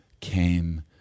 came